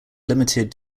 limited